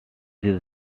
his